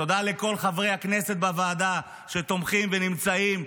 תודה לכל חברי הכנסת בוועדה שתומכים ונמצאים,